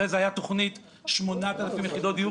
אחרי זה הייתה תוכנית של 8,000 יחידות דיור